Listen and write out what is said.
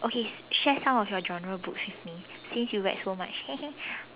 okay share some of your genre books with me since you read so much